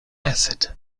acid